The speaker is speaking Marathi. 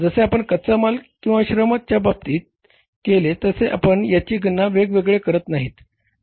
जसे आपण कच्चा माल किंवा श्रमाच्या बाबतीत केले तसे आपण याची गणना वेगवेगळे करत नाहीत